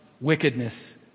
wickedness